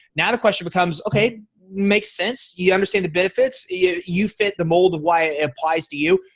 now the question becomes ok makes sense. you understand the benefits. you you fit the mold of why it applies to you.